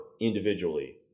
individually